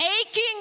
aching